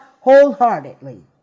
wholeheartedly